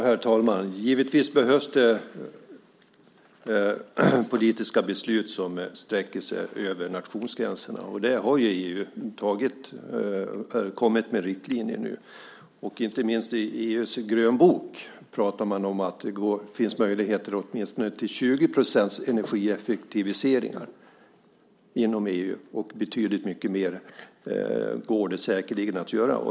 Herr talman! Givetvis behövs det politiska beslut som sträcker sig över nationsgränserna. Där har ju EU kommit med riktlinjer nu. Inte minst i EU:s grönbok pratar man om att det finns möjlighet till åtminstone 20 % energieffektivisering inom EU. Det går säkert att göra betydligt mycket mer.